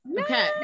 okay